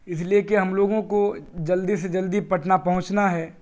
اس لیے کہ ہم لوگوں کو جلدی سے جلدی پٹنہ پہنچنا ہے